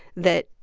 that,